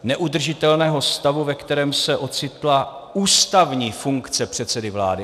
Neudržitelného stavu, ve kterém se ocitla ústavní funkce předsedy vlády.